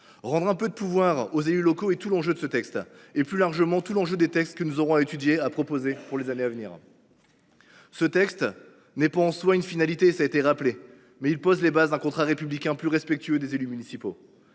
Rendre un peu de pouvoir aux élus locaux est tout l’enjeu de ce texte. C’est plus largement tout l’enjeu des textes que nous aurons à étudier et à proposer dans les années à venir. Ce texte n’est pas une finalité en soi – cela a été dit –, mais il pose les bases d’un contrat républicain plus respectueux des élus municipaux.